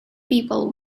people